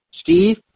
Steve